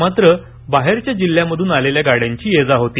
मात्र बाहेरच्या जिल्ह्यांमधून आलेल्या गाड्या ह्यांची ये जा होती